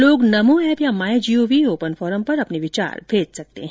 लोग नमो ऐप या MyGov open forum पर अपने विचार साझा कर सकते हैं